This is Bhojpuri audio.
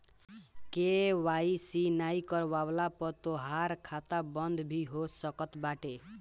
के.वाई.सी नाइ करववला पअ तोहार खाता बंद भी हो सकत बाटे